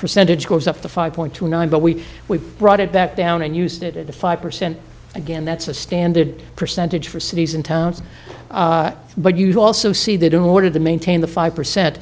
percentage goes up to five point two nine but we we brought it back down and used it in the five percent again that's a standard percentage for cities and towns but you also see that in order to maintain the five percent